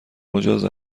مجاز